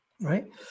Right